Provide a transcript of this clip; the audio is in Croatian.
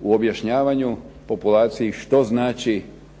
u objašnjavanju populaciji što znači